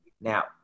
Now